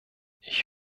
ich